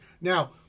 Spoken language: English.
Now